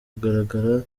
kugaragara